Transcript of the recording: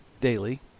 Daily